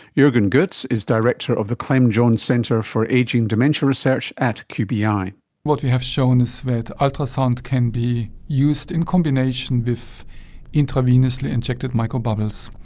jurgen gotz is director of the clem jones centre for ageing dementia research at qbi. and what we have shown is that ultrasound can be used in combination with intravenously injected microbubbles.